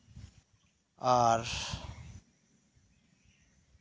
ᱟᱨ